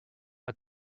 are